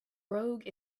rogue